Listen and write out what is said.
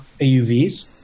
AUVs